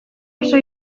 oso